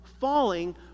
falling